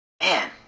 Man